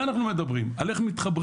על זה אנחנו מדברים על איך מתחברים,